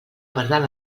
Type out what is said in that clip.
pardal